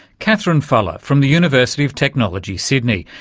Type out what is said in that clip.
katherine fallah from the university of technology, sydney.